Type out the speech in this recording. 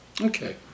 Okay